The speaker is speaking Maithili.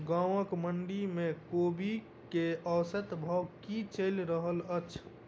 गाँवक मंडी मे कोबी केँ औसत भाव की चलि रहल अछि?